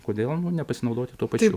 kodėl nepasinaudoti tuo pačiu